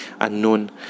unknown